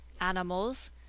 animals